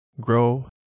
grow